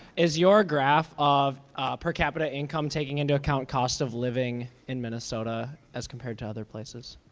is your graph of per capita income taking into account cost of living in minnesota as compared to other places?